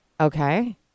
Okay